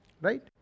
right